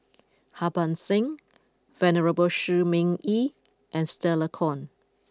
Harbans Singh Venerable Shi Ming Yi and Stella Kon